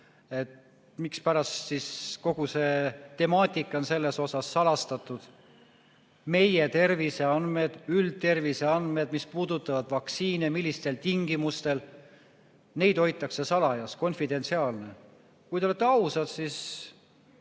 Mispärast siis kogu see temaatika on salastatud? Meie terviseandmed, üldterviseandmed, mis puudutavad vaktsiine, millistel tingimustel – neid hoitakse salajas, need on konfidentsiaalsed. Kui te olete ausad, siis